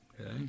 Okay